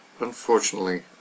Unfortunately